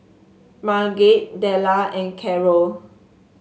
Marget Della and Karol